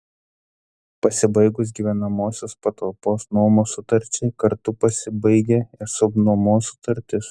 pasibaigus gyvenamosios patalpos nuomos sutarčiai kartu pasibaigia ir subnuomos sutartis